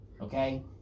Okay